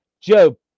Joe